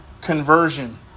conversion